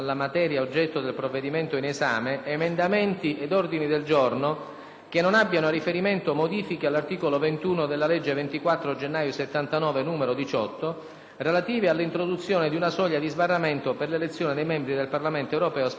che non abbiano a riferimento modifiche all'articolo 21 della legge 24 gennaio 1979, n. 18, relative all'introduzione di una soglia di sbarramento per l'elezione dei membri del Parlamento europeo spettanti all'Italia. In particolare,